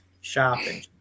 shopping